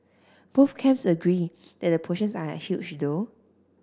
both camps agree that the portions are huge though